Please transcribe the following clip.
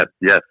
yes